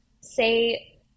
say